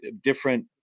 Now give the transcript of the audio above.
different